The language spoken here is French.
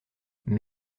mais